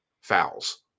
fouls